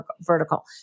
vertical